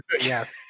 Yes